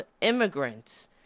immigrants